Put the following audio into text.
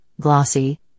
glossy